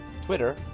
Twitter